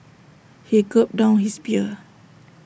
he gulped down his beer